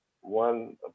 One